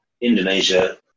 Indonesia